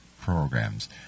programs